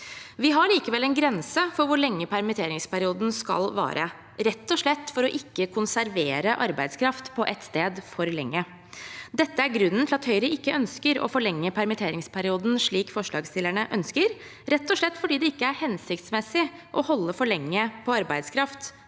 Vi har likevel en grense for hvor lenge permitteringsperioden skal vare, rett og slett for ikke å konservere arbeidskraft på ett sted for lenge. Dette er grunnen til at Høyre ikke ønsker å forlenge permitteringsperioden slik forslagsstillerne ønsker, rett og slett fordi det ikke er hensiktsmessig å holde for lenge på arbeidskraft